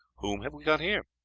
whom have we got here?